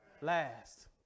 Last